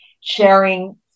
sharing